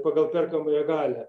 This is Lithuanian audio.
pagal perkamąją galią